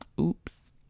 oops